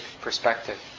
perspective